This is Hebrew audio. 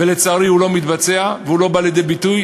ולצערי הוא לא מתבצע והוא לא בא לידי ביטוי,